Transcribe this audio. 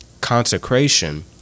Consecration